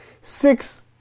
six